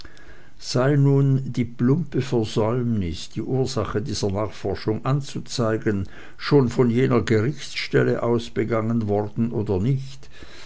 sei nun die plumpe versäumnis die ursache dieser nachforschung anzuzeigen schon von jener gerichtsstelle aus begangen worden oder nicht